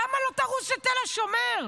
למה לא תרוץ לתל השומר?